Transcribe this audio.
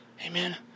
Amen